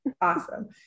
Awesome